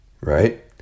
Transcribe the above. right